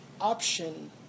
option